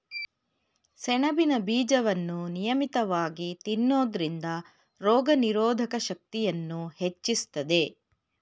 ಸೆಣಬಿನ ಬೀಜವನ್ನು ನಿಯಮಿತವಾಗಿ ತಿನ್ನೋದ್ರಿಂದ ರೋಗನಿರೋಧಕ ಶಕ್ತಿಯನ್ನೂ ಹೆಚ್ಚಿಸ್ತದೆ